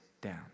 down